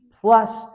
plus